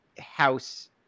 house